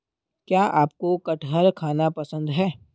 क्या आपको कठहल खाना पसंद है?